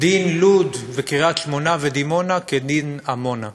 דין לוד וקריית-שמונה ודימונה כדין עמונה.